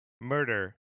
Murder